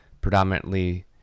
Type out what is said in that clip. predominantly